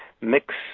mix